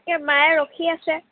এতিয়া মায়ে ৰখি আছে